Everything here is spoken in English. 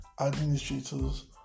administrators